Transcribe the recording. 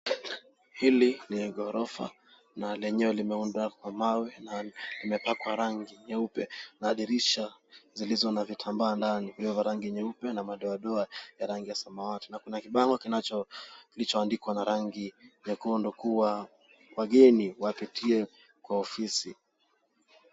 Hili ni ghorofa na lenyewe limeundwa kwa mawe na limepakwa rangi nyeupe na dirisha zilizo na vitamba ndani vya rangi nyeupe na madoadoa ya rangi ya samawati na kuna kibango kilichoandikwa na rangi nyekundu kuwa wageni waketie kwa ofisi.